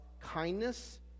kindness